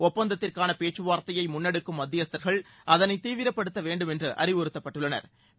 ஒப்பந்தத்திற்கான முன்னெடுக்கும் மத்தியஸ்தர்கள் அதனை தீவிரப்படுத்தவேண்டும் என்று அறிவுறுத்தப்பட்டுள்ளனா்